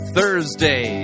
Thursday